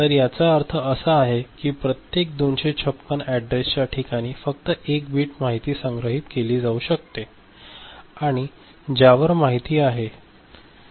तर याचा अर्थ असा आहे की प्रत्येक 256 अॅड्रेसच्या ठिकाणी फक्त 1 बिट माहिती संग्रहित केली जाऊ शकते आणि ज्यावर माहिती आहे